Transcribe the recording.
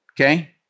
Okay